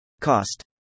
Cost